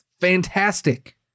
Fantastic